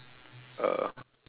a